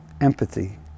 empathy